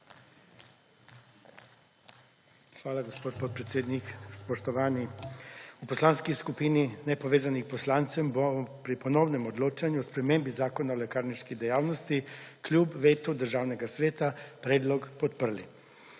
Hvala, gospod podpredsednik. Spoštovani! V Poslanski skupini nepovezanih poslancev bomo pri ponovnem odločanju o spremembi Zakona o lekarniški dejavnosti kljub vetu Državnega sveta predlog podprli.